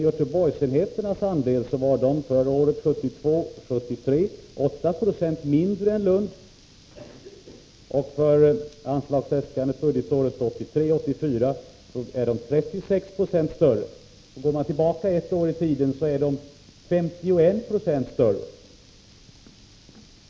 Göteborgsenheternas andel var 8 20 mindre än Lunds budgetåret 1972 84 är 36 96 större. Går man tillbaka ett år i tiden finner man att den var 51 96 större.